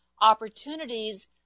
opportunities